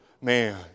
man